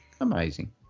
amazing